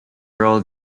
role